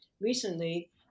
recently